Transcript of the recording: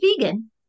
vegan